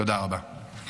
תודה רבה.